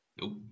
Nope